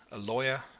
a lawyer,